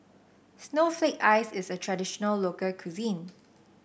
Snowflake Ice is a traditional local cuisine